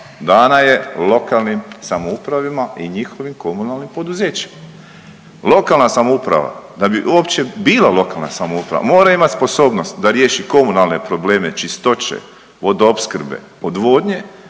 dana je lokalnim samoupravima i njihovim komunalnim poduzećima. Lokalna samouprava da bi uopće bila lokalna samouprava mora imat sposobnost da riješi komunalne probleme Čistoće, Vodoopskrbe, odvodnje